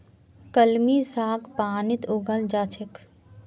कलमी साग पानीत उगाल जा छेक